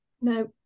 No